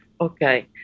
Okay